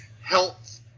health